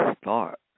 start